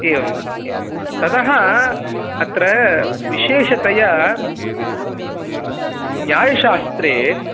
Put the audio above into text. एवं एवं ततः अत्र विशेषतया न्यायशास्त्रे